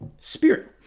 spirit